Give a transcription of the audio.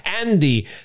Andy